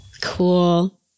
Cool